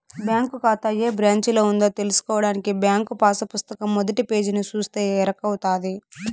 bank కాతా ఏ బ్రాంచిలో ఉందో తెల్సుకోడానికి బ్యాంకు పాసు పుస్తకం మొదటి పేజీని సూస్తే ఎరకవుతది